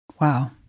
Wow